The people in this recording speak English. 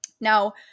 now